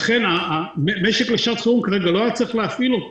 לכן אני אומר לוועדה היקרה והחשובה: בראש ובראשונה צריך לחזק את הרשויות